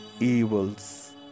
evils